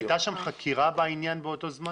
הייתה שם חקירה בעניין באותו זמן?